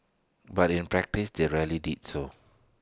but in practice they rarely did so